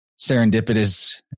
serendipitous